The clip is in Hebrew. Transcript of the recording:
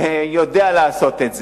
הוא יודע לעשות את זה.